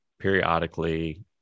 periodically